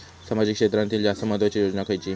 सामाजिक क्षेत्रांतील जास्त महत्त्वाची योजना खयची?